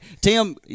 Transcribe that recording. Tim